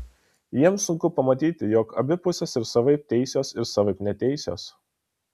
jiems sunku pamatyti jog abi pusės ir savaip teisios ir savaip neteisios